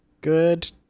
Good